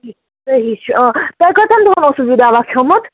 تہٕ یہِ چھُ آ تُہۍ کٔژَن دۄہَن اوسوٕ یہِ دوا کھٮ۪ومُت